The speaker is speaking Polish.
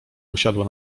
usiadła